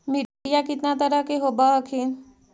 मिट्टीया कितना तरह के होब हखिन?